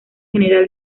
general